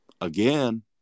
again